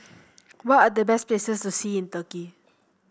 what are the best places to see in Turkey